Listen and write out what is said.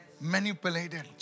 Manipulated